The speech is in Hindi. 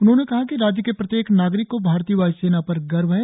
उन्होंने कहा कि राज्य के प्रत्येक नागरिक को भारतीय वायुसेना पर गर्व है